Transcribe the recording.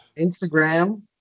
Instagram